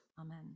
Amen